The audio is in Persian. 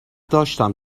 داشتم